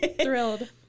Thrilled